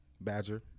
badger